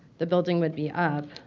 the building would be up,